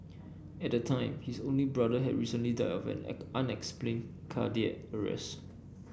at the time his only brother had recently died of an unexplained cardiac arrest